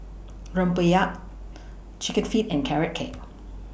Rempeyek Chicken Feet and Carrot Cake